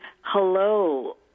hello